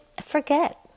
forget